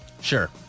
Sure